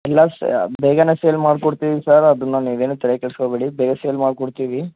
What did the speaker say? ಇಲ್ಲ ಸರ್ ಬೇಗನೆ ಸೇಲ್ ಮಾಡಿಕೊಡ್ತೀವಿ ಸರ್ ಅದನ್ನ ನೀವು ಏನು ತಲೆ ಕೆಡಿಸ್ಕೋಬೇಡಿ ಬೇಗ ಸೇಲ್ ಮಾಡಿಕೊಡ್ತೀವಿ